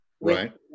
Right